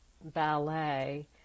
ballet